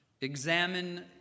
Examine